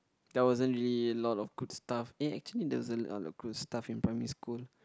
there wasn't really a lot of good stuff eh actually there's isn't a lot of good stuff in primary school